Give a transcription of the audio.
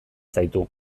zaitu